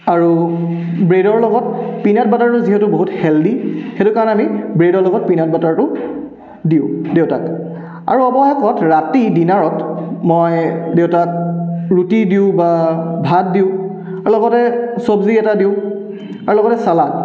আৰু ব্ৰেডৰ লগত পিনাট বাটাৰটো যিহেটো বহুত হেল্ডি সেইটো কাৰণে আমি ব্ৰেডৰ লগত পিনাট বাটাৰটো দিওঁ দেউতাক আৰু আমাৰ ঘৰত ৰাতি ডিনাৰত মই দেউতাক ৰুটি দিওঁ বা ভাত দিওঁ লগতে চব্জি এটা দিওঁ আৰু লগতে ছালাড